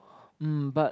um but